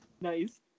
Nice